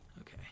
okay